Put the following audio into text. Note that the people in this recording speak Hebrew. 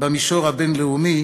במישור הבין-לאומי.